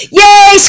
yay